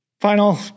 Final